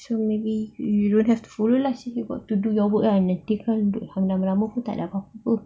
so maybe you don't have to follow lah since you got to do your work kan nanti kan duduk lama-lama takde apa-apa